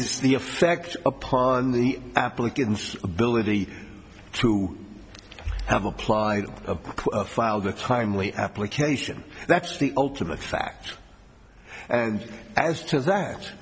is the effect upon the applicant's ability to have applied a filed a timely application that's the ultimate fact and as to that